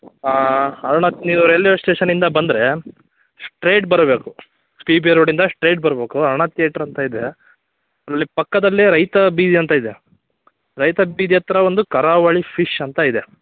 ಅರುಣಾ ನೀವು ರೈಲ್ವೇ ಸ್ಟೇಷನ್ನಿಂದ ಬಂದರೆ ಸ್ಟ್ರೈಟ್ ಬರಬೇಕು ಸ್ಟಿ ಬಿ ರೋಡಿಂದ ಸ್ಟ್ರೈಟ್ ಬರ್ಬೇಕು ಅರುಣಾ ತಿಯೆಟ್ರ್ ಅಂತ ಇದೆ ಅಲ್ಲಿ ಪಕ್ಕದಲ್ಲೇ ರೈತ ಬೀದಿ ಅಂತ ಇದೆ ರೈತ ಬೀದಿ ಹತ್ರ ಒಂದು ಕರಾವಳಿ ಫಿಶ್ ಅಂತ ಇದೆ